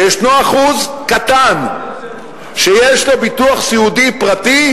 שיש אחוז קטן שיש לו ביטוח סיעודי פרטי,